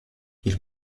ils